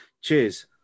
Cheers